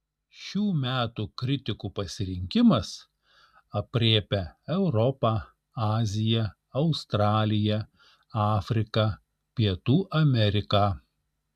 šių metų kritikų pasirinkimas aprėpia europą aziją australiją afriką pietų ameriką